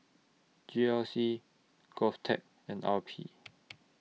G R C Govtech and R P